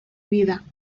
vida